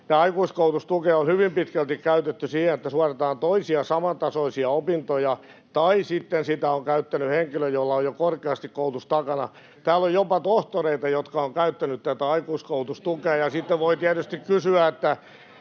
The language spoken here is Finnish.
aikuiskoulutustukea on hyvin pitkälti käytetty siihen, että suoritetaan toisia samantasoisia opintoja, tai sitten sitä on käyttänyt henkilö, jolla on jo korkeakoulutus takana. Täällä on jopa tohtoreita, jotka ovat käyttäneet tätä aikuiskoulutustukea, [Vasemmalta: Mitä